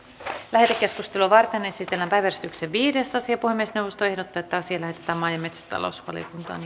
lähetekeskustelua varten esitellään päiväjärjestyksen viides asia puhemiesneuvosto ehdottaa että asia lähetetään maa ja metsätalousvaliokuntaan